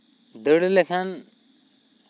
ᱫᱟᱹᱲ ᱞᱮᱠᱷᱟᱱ